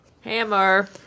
Hammer